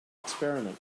experiment